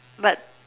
but